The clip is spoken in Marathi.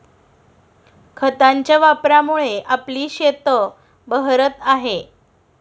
खतांच्या वापरामुळे आपली शेतं बहरत आहेत